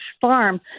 farm